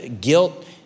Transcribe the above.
guilt